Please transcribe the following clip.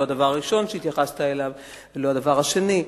לא הדבר הראשון שהתייחסת אליו ולא הדבר השני,